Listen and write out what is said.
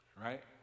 right